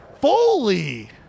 Foley